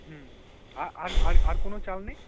হুম আর আর আর কোন চাল নেই